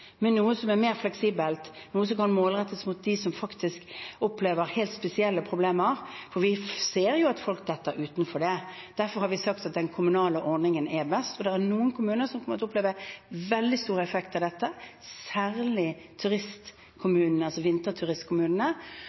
noe som er mer fleksibelt, noe som kan målrettes mot dem som faktisk opplever helt spesielle problemer. Vi ser jo at folk faller utenfor det. Derfor har vi sagt at den kommunale ordningen er best, for det er noen kommuner som kommer til å oppleve veldig stor effekt av dette – særlig